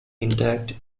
intact